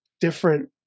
different